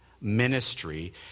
ministry